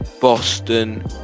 boston